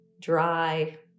dry